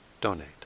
donate